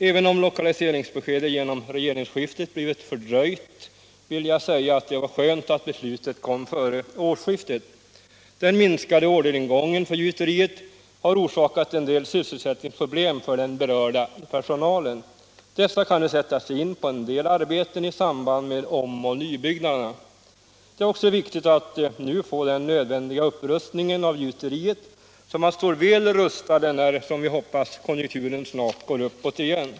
Även om lokaliseringsbeskedet genom regeringsskiftet blivit fördröjt vill jag säga att det var skönt att beslutet kom före årsskiftet. Den minskade orderingången till gjuteriet har orsakat vissa sysselsättningsproblem för den berörda personalen. Den kan nu sättas in på en del arbeten i samband med om och nybyggnaderna. Det är också viktigt att nu få den nödvändiga upprustningen av gjuteriet, så att man står väl rustad när, som vi hoppas, konjunkturen snart går uppåt igen.